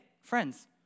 friends